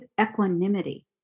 equanimity